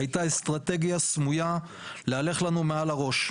הייתה אסטרטגיה סמויה להלך לנו מעל הראש.